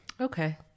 Okay